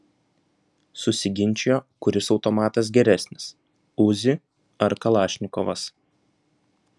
susiginčijo kuris automatas geresnis uzi ar kalašnikovas